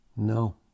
No